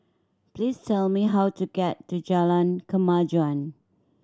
please tell me how to get to Jalan Kemajuan